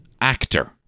actor